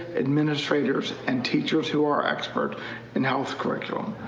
administrators and teachers who are experts in health curriculum.